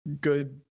Good